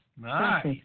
Nice